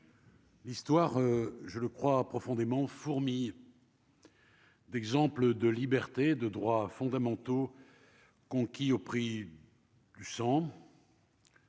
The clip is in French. L'histoire, je le crois profondément fourmille. L'exemple de liberté de droits fondamentaux conquis au prix du sang.